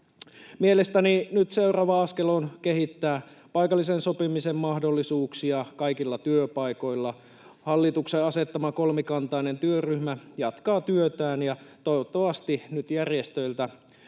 Mielestäni nyt seuraava askel on kehittää paikallisen sopimisen mahdollisuuksia kaikilla työpaikoilla. Hallituksen asettama kolmikantainen työryhmä jatkaa työtään, ja toivottavasti järjestöiltä